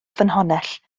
ffynhonnell